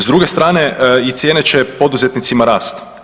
S druge strane i cijene će poduzetnicima rasti?